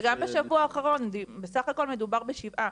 וגם בשבוע האחרון, בסך הכל מדובר בשבעה.